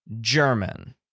German